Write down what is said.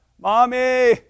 Mommy